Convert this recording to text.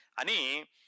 Ani